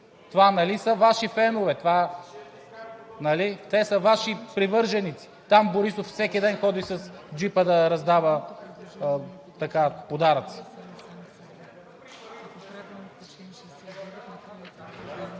нали са Ваши фенове. Те са Ваши привърженици. Там Борисов всеки ден ходи с джипа да раздава подаръци.